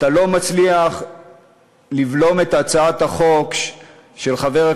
אתה לא מצליח לבלום את הצעת החוק של חברי